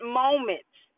moments